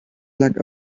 luck